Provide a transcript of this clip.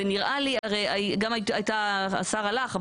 השר הלך,